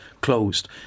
closed